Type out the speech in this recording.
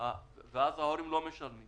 ואז ההורים לא משלמים